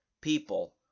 people